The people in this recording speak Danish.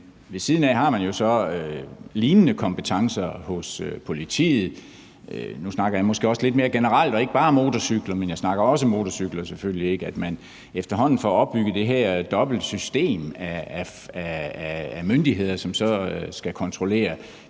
ved siden af har man jo så lignende kompetencer hos politiet. Nu snakker jeg måske også lidt mere generelt, og ikke bare om motorcykler, men jeg snakker selvfølgelig også om motorcykler, i forhold til at man efterhånden får opbygget det her dobbelte system af myndigheder, som så skal kontrollere